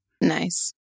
Nice